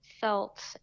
felt